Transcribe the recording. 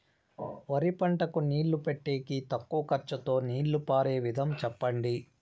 వరి పంటకు నీళ్లు పెట్టేకి తక్కువ ఖర్చుతో నీళ్లు పారే విధం చెప్పండి?